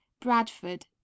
Bradford